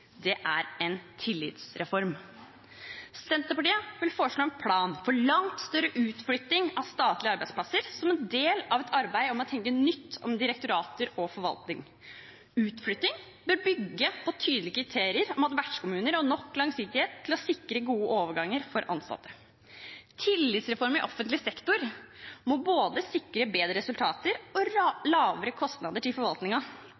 det er en tillitsreform. Senterpartiet vil foreslå en plan for langt større utflytting av statlige arbeidsplasser som en del av et arbeid om å tenke nytt om direktorater og forvaltning. Utflytting bør bygge på tydelige kriterier om at vertskommuner har nok langsiktighet til å sikre gode overganger for ansatte. En tillitsreform i offentlig sektor må sikre både bedre resultater og